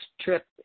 trip